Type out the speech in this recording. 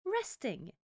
resting